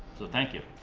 so, thank you.